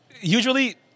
usually